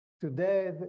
Today